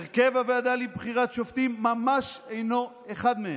הרכב הוועדה לבחירת שופטים ממש אינו אחד מהם.